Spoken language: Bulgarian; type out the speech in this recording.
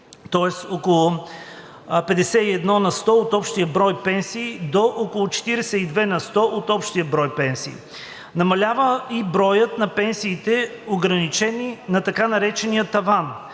от около 51 на сто от общия брой пенсии до около 42 на сто от общия брой пенсии. Намалява и броят на пенсиите, ограничени на така наречения „таван“.